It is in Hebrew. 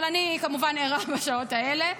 אבל אני כמובן ערה בשעות האלה,